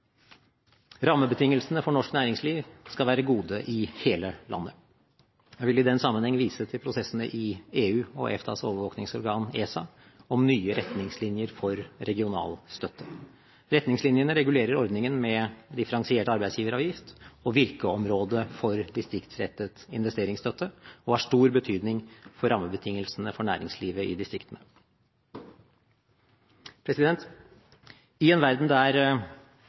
Rammebetingelsene for norsk næringsliv skal være gode i hele landet. Jeg vil i den sammenheng vise til prosessene i EU og EFTAs overvåkingsorgan, ESA, om nye retningslinjer for regionalstøtte. Retningslinjene regulerer ordningen med differensiert arbeidsgiveravgift og virkeområdet for distriktsrettet investeringsstøtte og har stor betydning for rammebetingelsene for næringslivet i distriktene. I en verden der